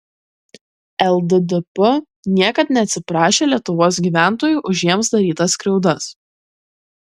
lddp niekad neatsiprašė lietuvos gyventojų už jiems darytas skriaudas